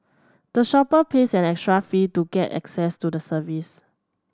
the shopper pays an extra fee to get access to the service